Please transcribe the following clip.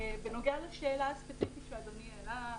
בנוגע לשאלה הספציפית שאדוני העלה,